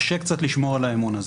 קשה קצת לשמור על האמון הזה.